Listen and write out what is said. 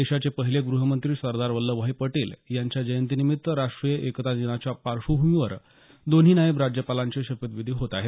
देशाचे पहिले ग्रहमंत्री सरदार वल्लभभाई पटेल यांच्या जयंतीदिनी राष्ट्रीय एकता दिनाच्या पार्श्वभूमीवर दोन्ही नायब राज्यपालांचे शपथविधी होत आहेत